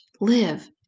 live